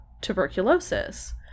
tuberculosis